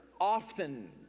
often